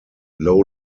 low